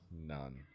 None